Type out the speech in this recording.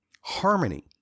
harmony